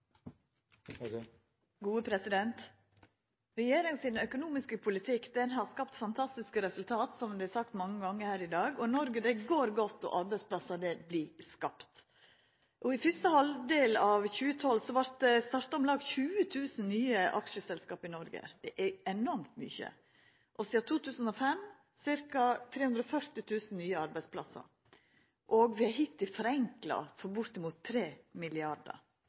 økonomiske politikk har skapt fantastiske resultat, som det har blitt sagt mange gonger her i dag. Noreg går godt – arbeidsplassar vert skapte. I fyrste halvdel av 2012 vart det starta om lag 20 000 nye aksjeselskap i Noreg – det er enormt mykje – sidan 2005 er det skapt ca. 340 000 nye arbeidsplassar, og vi har hittil forenkla for